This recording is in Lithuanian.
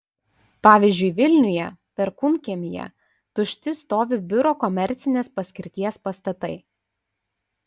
pavyzdžiui vilniuje perkūnkiemyje tušti stovi biuro komercinės paskirties pastatai